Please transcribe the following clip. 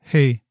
Hey